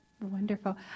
Wonderful